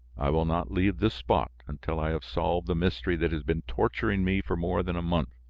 i will not leave this spot until i have solved the mystery that has been torturing me for more than a month.